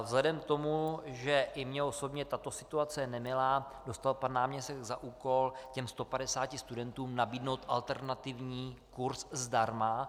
Vzhledem k tomu, že i mně osobně je tato situace nemilá, dostal pan náměstek za úkol těm 150 studentům nabídnout alternativní kurz zdarma.